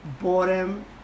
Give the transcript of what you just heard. boredom